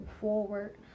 forward